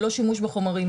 ללא שימוש בחומרים.